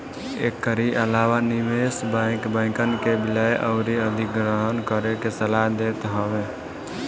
एकरी अलावा निवेश बैंक, बैंकन के विलय अउरी अधिग्रहण करे के सलाह देत हवे